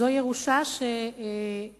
זו ירושה שהועברה